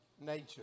nature